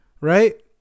Right